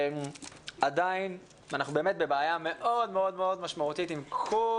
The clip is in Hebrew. שעדיין אנחנו באמת בבעיה מאוד מאוד משמעותית עם כל